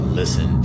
listen